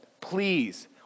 please